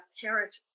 parent